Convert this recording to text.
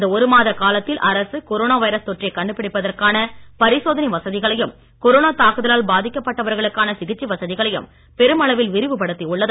இந்த ஒரு மாத காலத்தில் அரசு கொரோனா வைரஸ் தொற்றைக் கண்டுபிடிப்பதற்கான பரிசோதனை வசதிகளையும் கொரோனா தாக்குதலால் பாதிக்கப் பட்டவர்களுக்கான சிகிச்சை வசதிகளையும் பெருமளவில் விரிவு படுத்தியுள்ளது